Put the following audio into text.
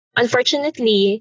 unfortunately